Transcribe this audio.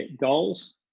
goals